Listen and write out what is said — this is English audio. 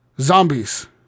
Zombies